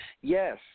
yes